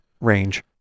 range